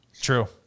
True